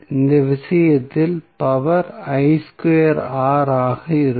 அந்த விஷயத்தில் பவர் ஆக இருக்கும்